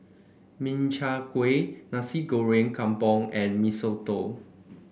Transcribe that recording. Min Chiang Kueh Nasi Goreng Kampung and Mee Soto